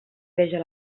veja